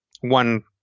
one